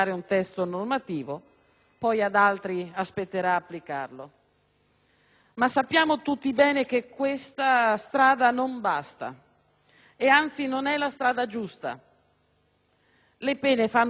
Sappiamo bene tutti che questa strada non basta e che, anzi, non è la strada giusta. Le pene fanno paura non perché sono alte e numerose,